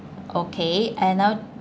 okay and I'll